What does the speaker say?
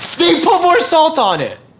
they put more salt on it!